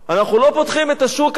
אנחנו לא פותחים את השוק הזה.